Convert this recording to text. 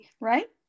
right